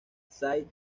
side